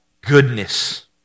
goodness